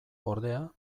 ordea